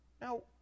Now